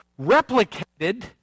replicated